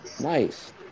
Nice